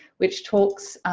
which talks